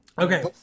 Okay